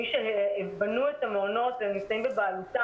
מי שבנו את המעונות והם נמצאים בבעלותם